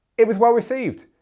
it was well received.